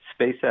SpaceX